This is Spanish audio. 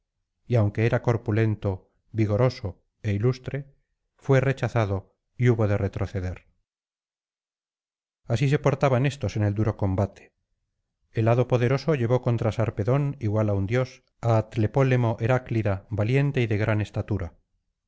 y aunque era corpulento vigoroso é ilustre fué rechazado y hubo de retroceder así se portaban éstos en el duro combate el hado poderoso llevó contra sarpedón igual á un dios á tlepólemo heraclida valiente y de gran estatura